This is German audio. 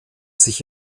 sich